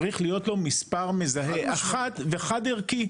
צריך להיות לו מספר מזהה אחד וחד ערכי,